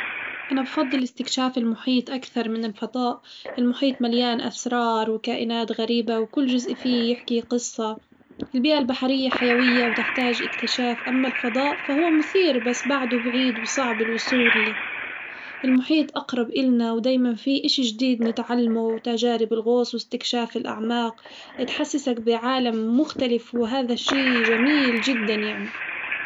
أنا بفضل استكشاف المحيط أكثر من الفضاء، المحيط مليان أسرار وكائنات غريبة وكل جزء فيه يحكي قصة البيئة البحرية حيوية وتحتاج اكتشاف، أما الفضاء فهو مثير بس بعده بعيد وصعب الوصول له المحيط أقرب إلنا ودايمًا فيه إشي جديد نتعلمه وتجارب الغوص واستكشاف الأعماق تحسّسك بعالم مختلف وهذا شي جميل جدًا يعني.